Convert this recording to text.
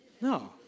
No